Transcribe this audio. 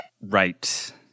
Right